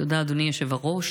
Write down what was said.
תודה, אדוני היושב-ראש.